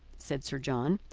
said sir john,